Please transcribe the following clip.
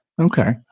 Okay